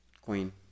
Queen